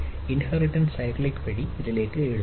inheritance cyclic വഴി ഇതിലേക്ക് എഴുതുക